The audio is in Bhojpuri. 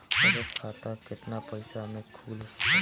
बचत खाता केतना पइसा मे खुल सकेला?